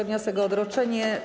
Wniosek o odroczenie.